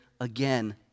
again